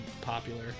popular